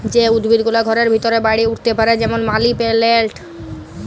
যে উদ্ভিদ গুলা ঘরের ভিতরে বাড়ে উঠ্তে পারে যেমল মালি পেলেলট